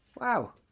wow